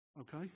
okay